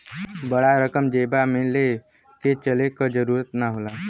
बड़ा रकम जेबा मे ले के चले क जरूरत ना होला